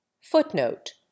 Footnote